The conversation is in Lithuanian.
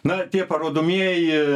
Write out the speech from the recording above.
na tie parodomieji